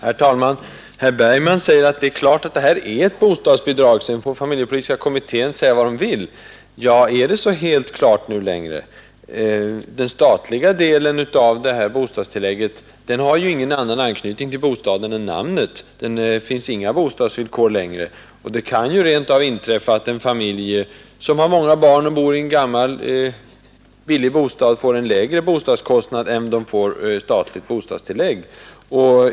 Herr talman! Herr Bergman säger att det är klart att det är fråga om ett bostadsbidrag — sedan får familjepolitiska kommittén anse vad den vill. Ja, är det så helt klart nu längre? Den statliga delen av det föreslagna bostadstillägget har ju ingen annan anknytning än namnet till bostaden. Det ställs inte längre några bostadsvillkor. Det kan ju rent av inträffa att en familj, som har många barn och som bor i en billig bostad, har en lägre bostadskostnad än vad som motsvarar det statliga bostadstillägget.